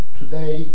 today